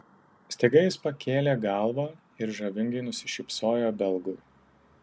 staiga jis pakėlė galvą ir žavingai nusišypsojo belgui